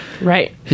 Right